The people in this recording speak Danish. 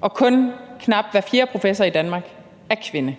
og kun knap hver fjerde professor i Danmark er kvinde.